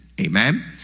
Amen